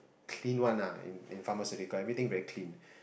clean one ah in in pharmaceutical everything very clean